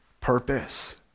purpose